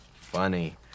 funny